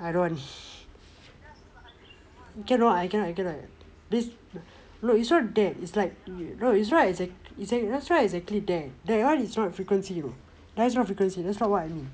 I don't want cannot I cannot I cannot please look it's not that it's like no it's not exactly it's not exactly that that one is not frequency you know that's not frequency that's not what I mean